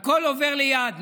הכול עובר ליד.